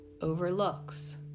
overlooks